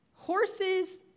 horses